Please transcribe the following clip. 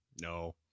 No